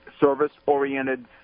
service-oriented